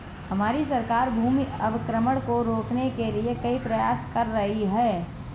हमारी सरकार भूमि अवक्रमण को रोकने के लिए कई प्रयास कर रही है